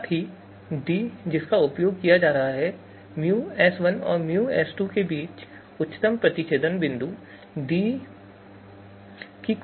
साथ ही d जिसका उपयोग यहां किया जा रहा है µS1 और µS2 के बीच उच्चतम प्रतिच्छेदन बिंदु D की कोटि है